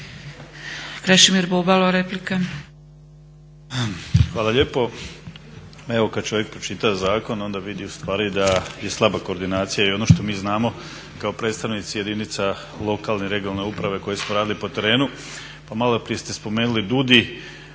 Krešimir Bubalo, replika.